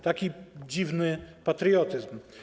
Taki dziwny patriotyzm.